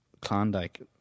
Klondike